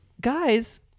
guys